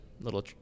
little